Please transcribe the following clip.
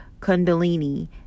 kundalini